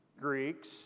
Greeks